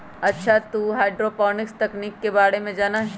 अच्छा तू हाईड्रोपोनिक्स तकनीक के बारे में जाना हीं?